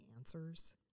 answers